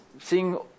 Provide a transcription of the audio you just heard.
seeing